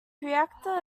reactor